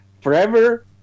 Forever